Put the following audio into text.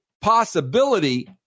possibility